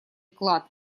вклад